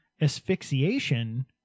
Asphyxiation